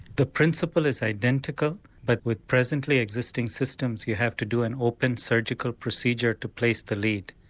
the principle is identical but with presently existing systems you have to do an open surgical procedure to place the lead.